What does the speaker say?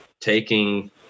taking